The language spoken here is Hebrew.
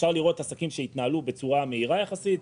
אפשר לראות עסקים שהתנהלו בצורה מהירה יחסית,